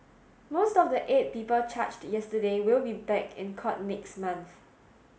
most of the eight people charged yesterday will be back in court next month